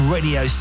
Radio